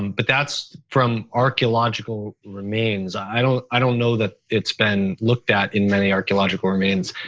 but that's from archeological remains. i don't i don't know that it's been looked at in many archeological remains.